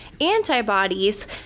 antibodies